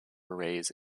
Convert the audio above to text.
arrays